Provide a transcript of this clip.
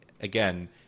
again